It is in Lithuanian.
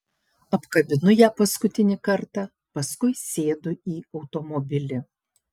apkabinu ją paskutinį kartą paskui sėdu į automobilį